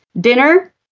dinner